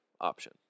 option